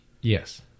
Yes